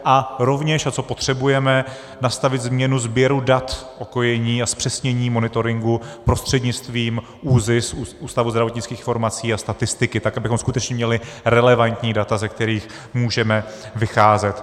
A rovněž, co potřebujeme nastavit změnu sběru dat o kojení a zpřesnění monitoringu prostřednictvím ÚZIS, Ústavu zdravotnických informací a statistiky, tak abychom skutečně měli relevantní data, ze kterých můžeme vycházet.